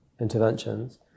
interventions